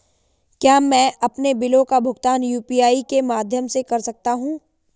क्या मैं अपने बिलों का भुगतान यू.पी.आई के माध्यम से कर सकता हूँ?